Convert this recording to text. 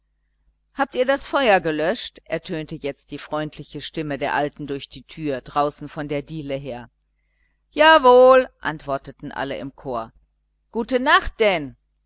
habt ihr das feuer gelöscht ertönte jetzt die freundliche stimme der alten durch die tür draußen von der diele her jawohl antworteten alle im chor gute nacht denn